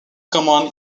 common